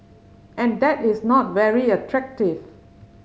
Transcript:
and that is not very attractive